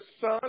son